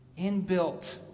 inbuilt